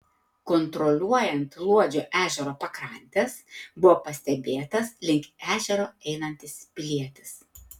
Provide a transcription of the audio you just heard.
kontroliuojant luodžio ežero pakrantes buvo pastebėtas link ežero einantis pilietis